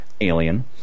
alien